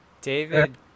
David